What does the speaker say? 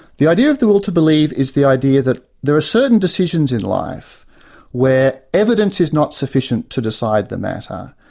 the idea of the will to believe is the idea that there are certain decisions in life where evidence is not sufficient to decide the matter,